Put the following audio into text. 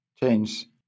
change